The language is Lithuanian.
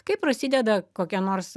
kai prasideda kokia nors